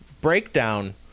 breakdown